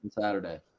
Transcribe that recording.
Saturday